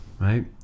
right